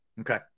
Okay